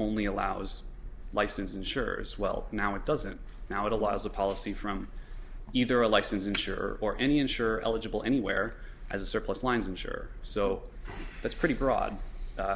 only allows licensed insurers well now it doesn't now it allows the policy from either a license insured or any insured eligible anywhere as a surplus lines and sure so that's pretty